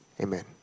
Amen